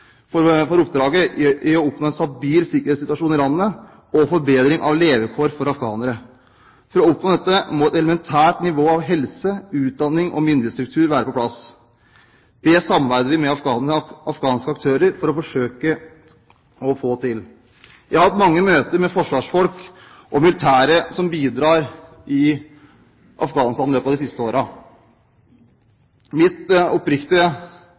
å oppnå en stabil sikkerhetssituasjon i landet og en forbedring av levekårene for afghanerne. For å oppnå dette må et elementært nivå på helse, utdanning og myndighetsstruktur være på plass. Det samarbeider vi med afghanske aktører om for å forsøke å få til. Jeg har hatt mange møter med forsvarsfolk og militære som har bidratt i Afghanistan i løpet av de siste årene. Mine oppriktige